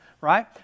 right